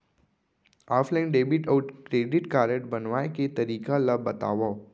Offline debit अऊ credit card बनवाए के तरीका ल बतावव?